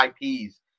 IPs